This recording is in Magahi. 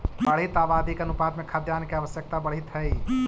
बढ़ीत आबादी के अनुपात में खाद्यान्न के आवश्यकता बढ़ीत हई